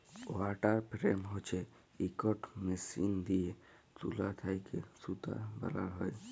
water frame হছে ইকট machine দিঁয়ে তুলা থ্যাকে সুতা বালাল হ্যয়